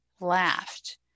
laughed